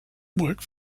work